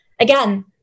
Again